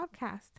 podcast